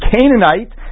Canaanite